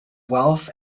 wealth